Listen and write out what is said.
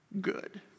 good